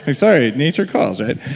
like sorry. nature calls, right?